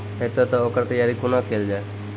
हेतै तअ ओकर तैयारी कुना केल जाय?